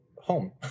home